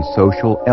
social